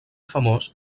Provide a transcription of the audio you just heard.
famós